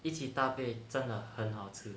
一起搭配真的很好吃